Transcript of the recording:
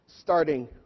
starting